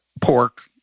pork